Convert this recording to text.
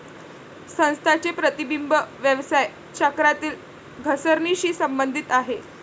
संस्थांचे प्रतिबिंब व्यवसाय चक्रातील घसरणीशी संबंधित आहे